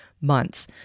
months